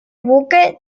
buque